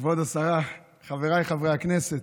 כבוד השרה, חבריי חברי הכנסת,